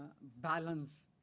balance